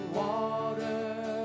water